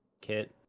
kit